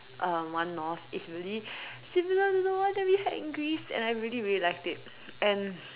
um one North is really similar to one that we had in Greece and I really really liked it and